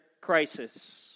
crisis